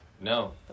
no